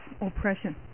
oppression